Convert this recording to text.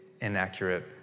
inaccurate